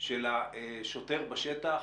של השוטר בשטח